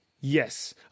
Yes